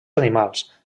animals